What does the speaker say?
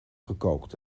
gekookt